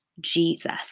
Jesus